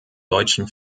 deutschen